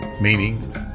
Meaning